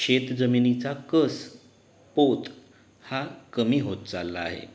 शेतजमिनीचा कस पोत हा कमी होत चालला आहे